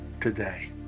today